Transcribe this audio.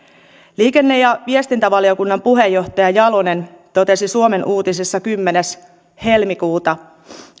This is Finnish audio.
liikenne ja viestintävaliokunnan puheenjohtaja jalonen totesi suomen uutisissa kymmenes helmikuuta